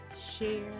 share